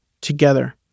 together